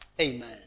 Amen